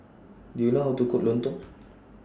Do YOU know How to Cook Lontong